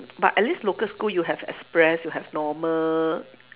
but at least local school you have express you have normal